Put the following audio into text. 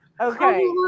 okay